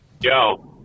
yo